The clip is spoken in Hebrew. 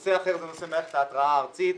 נושא אחר הוא נושא מערכת ההתרעה הארצית.